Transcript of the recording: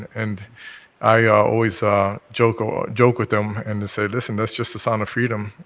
and i always ah joke ah ah joke with them and say listen, that's just the sound of freedom.